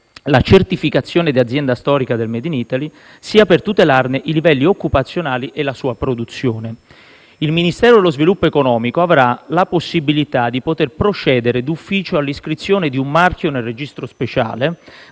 la certificazione di azienda storica del *made in Italy*, sia per tutelarne i livelli occupazionali e la sua produzione. Il Ministero dello sviluppo economico avrà la possibilità di poter procedere d'ufficio all'iscrizione di un marchio nel registro speciale,